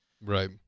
Right